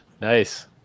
Nice